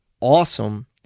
awesome